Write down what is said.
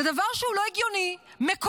זה דבר שהוא לא הגיוני, מקומם,